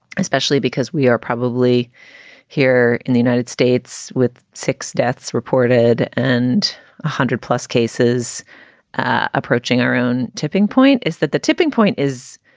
especially because we are probably here in the united states with six deaths reported and one hundred plus cases approaching, our own tipping point is that the tipping point is,